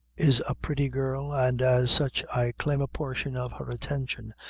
is a pretty girl, and as such i claim a portion of her attention,